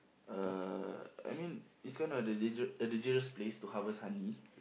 uh I mean it's kinda the danger dangerous place to harvest honey